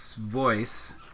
voice